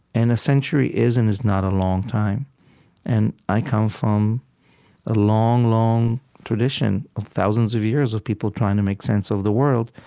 and a century is and is not a long time and i come from a long, long tradition of thousands of years of people trying to make sense of the world.